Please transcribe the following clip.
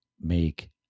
make